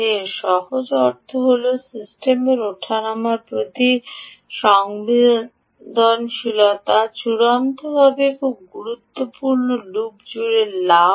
এর সহজ অর্থ যা হল সিস্টেমের ওঠানামার প্রতি সংবেদনশীলতা চূড়ান্তভাবে খুব গুরুত্বপূর্ণ লুপ জুড়ে লাভ